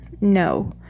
no